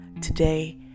today